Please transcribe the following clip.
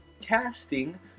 casting